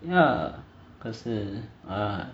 ya 这个是 ah